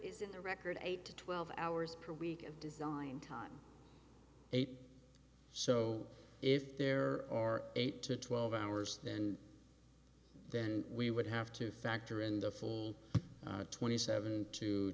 the record eight to twelve hours per week of design time eight so if there are eight to twelve hours and then we would have to factor in the full twenty seven to